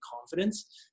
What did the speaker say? confidence